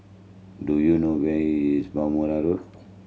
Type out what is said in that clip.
do you know where is Bhamo Road